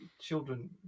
children